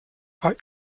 war